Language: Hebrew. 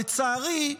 לצערי,